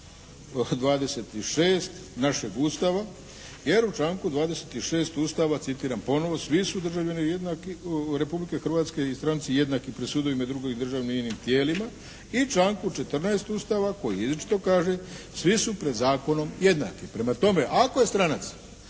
26. našeg Ustava jer u članku 26. Ustava citiram ponovo, svi su državljani jednaki Republike Hrvatske i stranci jednaki pred sudovima i drugim državnim i inim tijelima i članku 14. Ustava koji izričito kaže svi su pred zakonom jednaki. Prema tome ako je stranac